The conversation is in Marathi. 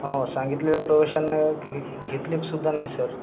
हो सांगितलेलं प्रवेशांना घ घेतले सुद्धा नाई सर